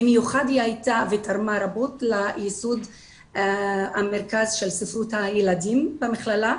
במיוחד היא תרמה רבות לייסוד המרכז של ספרות הילדים במכללה,